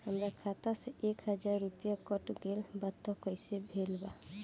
हमार खाता से एक हजार रुपया कट गेल बा त कइसे भेल बा?